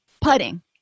putting